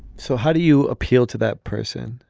so how do you appeal to that person.